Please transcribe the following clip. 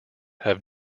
have